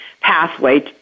pathway